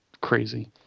crazy